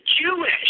Jewish